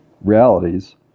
realities